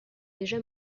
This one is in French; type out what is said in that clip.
déjà